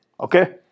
okay